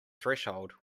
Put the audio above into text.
threshold